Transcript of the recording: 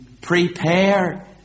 prepare